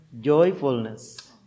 joyfulness